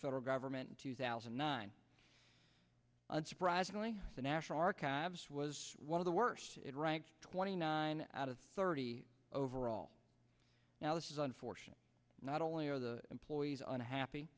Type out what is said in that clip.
federal government two thousand and nine and surprisingly the national archives was one of the worst it ranks twenty nine out of thirty overall now this is unfortunate not only are the employees unhappy